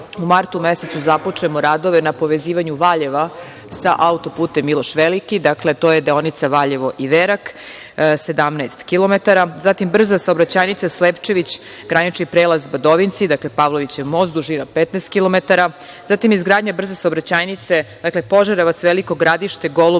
u martu mesecu započnemo radove na povezivanju Valjeva sa auto-putem „Miloš Veliki“, dakle, to je deonica Valjevo-Iverak, 17 kilometara. Zatim, brza saobraćajnica Slepčević, granični prelaz Badovinci, dakle, Pavlovića most, dužina 15 kilometara, zatim, izgradnja brze saobraćajnice Požarevac-Veliko Gradište-Golubac,